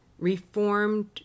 Reformed